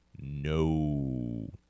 no